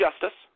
justice